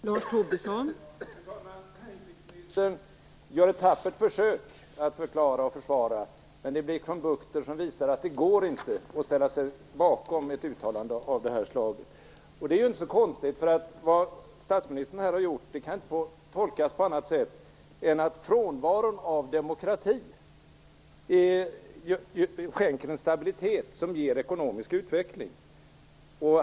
Fru talman! Utrikesministern gör ett tappert försök att förklara och försvara, men det blir krumbukter som visar att det inte går att ställa sig bakom ett uttalande av det här slaget. Och det är inte så konstigt. Vad statsministern har sagt kan inte tolkas på annat sätt än att frånvaron av demokrati skänker en stabilitet som ger ekonomisk utveckling.